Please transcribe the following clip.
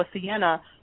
Sienna